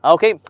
Okay